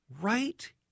Right